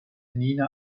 nina